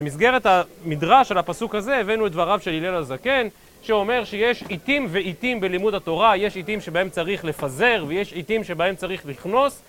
במסגרת המדרש של הפסוק הזה הבאנו את דבריו של הלל הזקן שאומר שיש עיתים ועיתים בלימוד התורה, יש עיתים שבהם צריך לפזר ויש עיתים שבהם צריך לכנוס